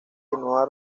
nueva